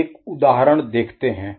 एक उदाहरण देखते हैं